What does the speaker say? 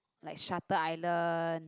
like Shutter Island